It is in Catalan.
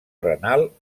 renal